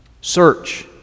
search